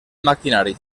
maquinari